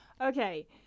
okay